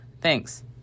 Thanks